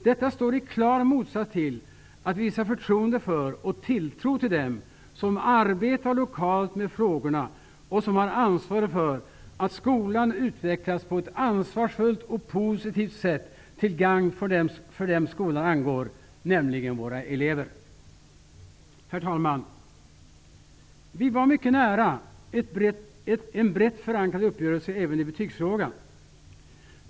Detta står i klar motsats till att visa förtroende för och tilltro till dem som arbetar lokalt med frågorna och som har ansvaret för att skolan utvecklas på ett ansvarsfullt och positivt sätt till gagn för dem skolan angår, nämligen eleverna. Herr talman! Vi var mycket nära en brett förankrad uppgörelse även i betygsfrågan.